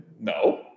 No